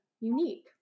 unique